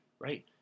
right